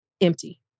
empty